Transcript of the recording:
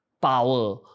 power